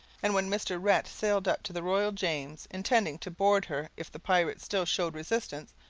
and when mr. rhett sailed up to the royal james, intending to board her if the pirates still showed resistance,